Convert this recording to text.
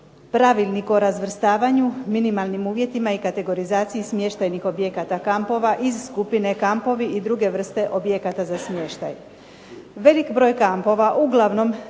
pravilniku o razvrstavanju, minimalnim uvjetima i kategorizaciji smještajnih objekata kampova iz skupine kampovi i druge vrste objekata za smještaj. Velik broj kampova uglavnom